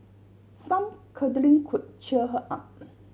some cuddling could cheer her up